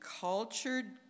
cultured